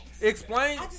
Explain